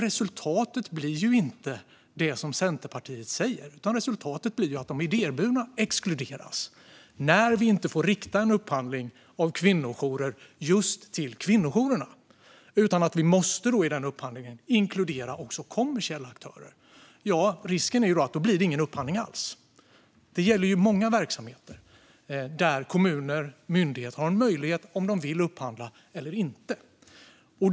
Resultatet blir ju inte det som Centerpartiet säger, utan resultatet blir att de idéburna exkluderas när vi inte får rikta en upphandling av kvinnojourer till just kvinnojourerna utan måste inkludera kommersiella aktörer i upphandlingen. Risken är ju att det då inte blir någon upphandling alls. Det gäller många verksamheter där kommuner och myndigheter har möjlighet att välja om de vill upphandla eller inte.